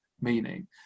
meaning